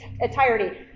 entirety